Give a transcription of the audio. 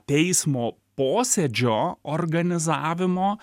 teismo posėdžio organizavimo